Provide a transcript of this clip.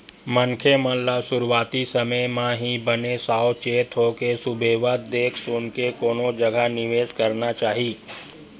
मनखे मन ल सुरुवाती समे म ही बने साव चेत होके सुबेवत देख सुनके कोनो जगा निवेस करना चाही